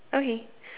okay